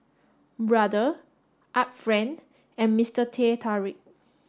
Brother Art Friend and Mister Teh Tarik